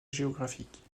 géographiques